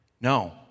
No